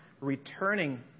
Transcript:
returning